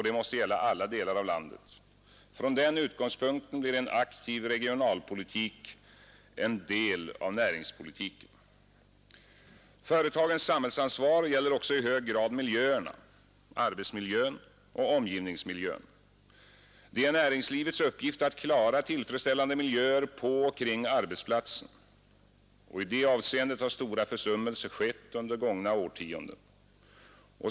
Det måste gälla alla delar av landet. Från denna utgångspunkt blir en aktiv regionalpolitik en del av näringspolitiken. Företagens samhällsansvar gäller också i hög grad miljöerna — arbetsmiljön och omgivningsmiljön. Det är näringslivets uppgift att klara tillfredsställande miljöer på och kring arbetsplatsen. I detta avseende har stora försummelser skett under gångna årtionden.